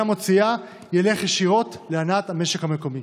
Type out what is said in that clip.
מוציאה ילך ישירות להנעת המשק המקומי.